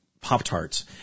Pop-Tarts